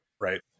Right